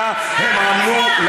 שעליה הם עמלו,